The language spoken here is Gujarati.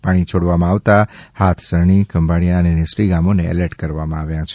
પાણી છોડવામાં આવતા હાથસણી ખંભાળિયા અને નેસડી ગામોને એલર્ટ પણ કરવામાં આવ્યા છે